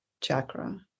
chakra